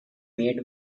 made